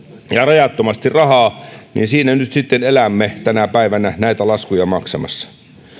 rajattomasti rahaa niin siinä nyt sitten elämme tänä päivänä näitä laskuja maksamassa